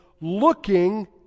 looking